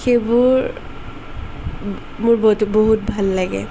সেইবোৰ মোৰ বহুত ভাল লাগে